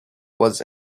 was